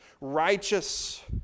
righteous